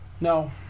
No